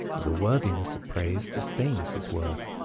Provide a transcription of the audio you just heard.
the worthiness of praise distains his worth,